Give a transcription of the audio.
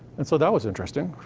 and so, that was interesting,